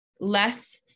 less